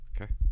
Okay